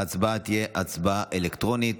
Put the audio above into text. ההצבעה תהיה הצבעה אלקטרונית.